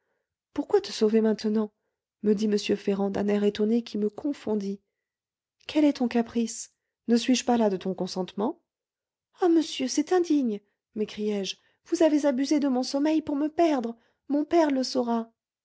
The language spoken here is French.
pourquoi te sauver maintenant me dit m ferrand d'un air étonné qui me confondit quel est ton caprice ne suis-je pas là de ton consentement ah monsieur c'est indigne m'écriai-je vous avez abusé de mon sommeil pour me perdre mon père le saura